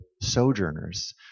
sojourners